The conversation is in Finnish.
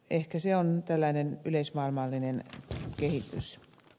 ehkä se on tällainen yleismaailmallinen kehitys